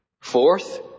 Fourth